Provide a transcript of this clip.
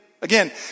Again